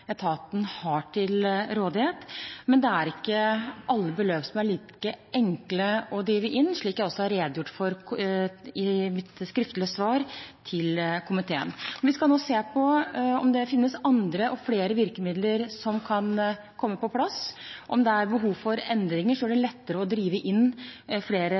etaten har til rådighet, men det er ikke alle beløp som er like enkle å drive inn, slik jeg også har redegjort for i mitt skriftlige svar til komiteen. Vi skal nå se på om det finnes andre og flere virkemidler som kan komme på plass, om det er behov for endringer som gjør det lettere å drive inn flere